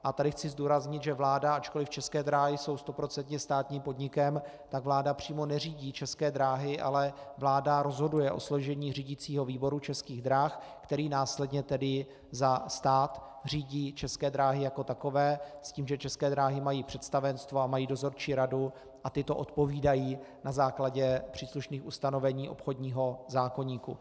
A tady chci zdůraznit, že vláda, ačkoliv České dráhy jsou stoprocentně státním podnikem, tak vláda přímo neřídí České dráhy, ale vláda rozhoduje o složení řídicího výboru Českých drah, který následně tedy za stát řídí České dráhy jako takové, s tím, že České dráhy mají představenstvo a mají dozorčí radu a tyto odpovídají na základě příslušných ustanovení obchodního zákoníku.